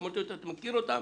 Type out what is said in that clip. אמרתי לו: אתה מכיר אותן?